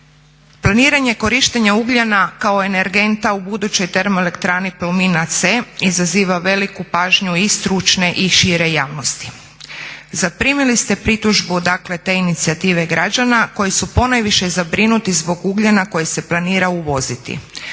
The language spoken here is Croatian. planiranje korištenja ugljena kao energenta u budućoj TE Plomina C izaziva veliku pažnju i stručne i šire javnosti. Zaprimili ste pritužbu te inicijative građana koji su ponajviše zabrinuti zbog ugljena koji se planira uvoziti.